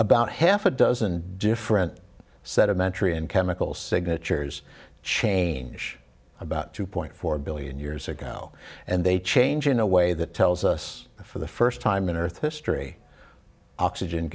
about half a dozen different set of mentary and chemical signatures change about two point four billion years ago and they change in a way that tells us for the first time in earth history oxygen